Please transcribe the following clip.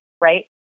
Right